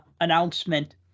announcement